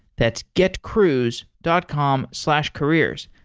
that's getcruise dot com slash careers.